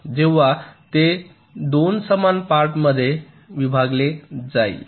जेव्हा ते 2 समान पार्ट मध्ये विभागले जाईल